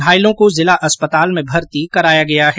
घायलो को जिला अस्पताल में भर्ती कराया गया है